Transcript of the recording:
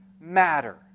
matter